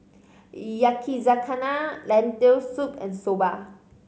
Yakizakana Lentil Soup and Soba